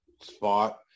spot